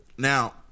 Now